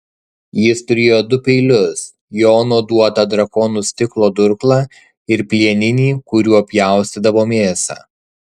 jis turėjo du peilius jono duotą drakonų stiklo durklą ir plieninį kuriuo pjaustydavo mėsą